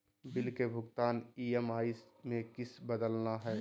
Bill के भुगतान EMI में किसी बदलना है?